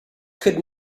could